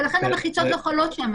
ולכן המחיצות לא חלות שם.